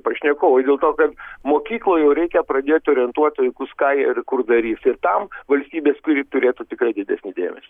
pašnekovui dėl to kad mokykloj jau reikia pradėt orientuot vaikus ką ir kur darys ir tam valstybės turi turėtų tikrai didesnį dėmesį